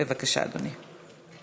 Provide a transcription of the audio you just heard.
בבקשה, אדוני.